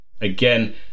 again